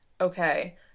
Okay